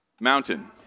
Mountain